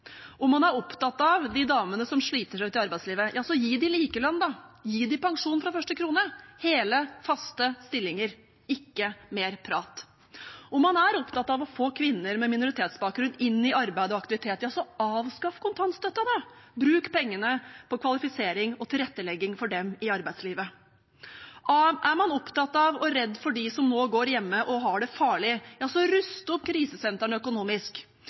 Om man er opptatt av de damene som sliter seg ut i arbeidslivet, ja, så gi dem likelønn, gi dem pensjon fra første krone og hele, faste stillinger, ikke mer prat. Om man er opptatt av å få kvinner med minoritetsbakgrunn inn i arbeid og aktivitet, ja, så avskaff kontantstøtten, bruk pengene på kvalifisering og tilrettelegging for dem i arbeidslivet. Er man opptatt av og redd for dem som nå går hjemme og har det farlig, ja, så rust opp krisesentrene økonomisk,